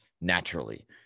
naturally